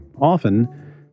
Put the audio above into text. often